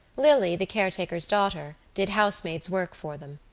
lily, the caretaker's daughter, did housemaid's work for them.